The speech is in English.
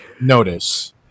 notice